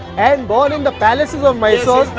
and born in the palaces of mysore!